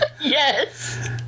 Yes